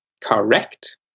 Correct